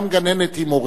גם גננת היא מורה.